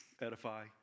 edify